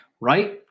right